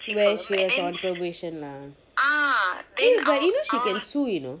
where she was on probation eh but you know she can sue you know